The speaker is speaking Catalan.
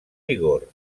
vigor